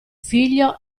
figlio